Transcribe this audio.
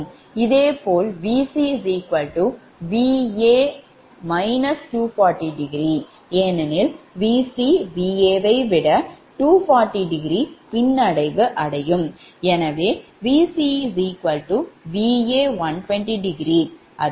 இதேபோல்Vc Va∠ 240°ஏனெனில் Vc Va வை விட 240° பின்னடைவு அடையும்